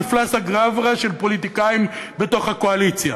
מפלס הגברא של פוליטיקאים בתוך הקואליציה,